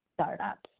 startups